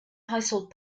household